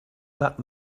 that